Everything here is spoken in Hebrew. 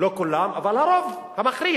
לא כולם, אבל הרוב המכריע